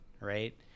right